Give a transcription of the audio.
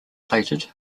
plated